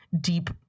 deep